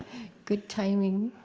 good timing.